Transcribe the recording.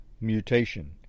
mutation